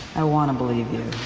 i want to believe you.